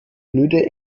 blöde